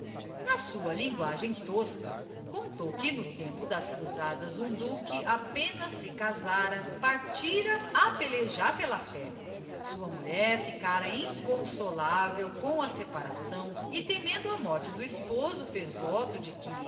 na sua linguagem tosca contou que no tempo das cruzadas um duque apenas se casara partira a pelejar pela fé sua mulher ficara inconsolável com a separação e temendo a morte do esposo fez voto de que